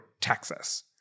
Texas